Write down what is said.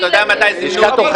אתה יודע מתי זימנו אותי?